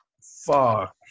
Fuck